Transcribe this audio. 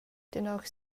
tenor